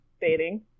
dating